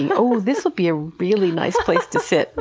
and oh, this would be a really nice place to sit,